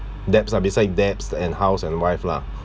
debts lah beside debts and house and wife lah